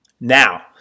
Now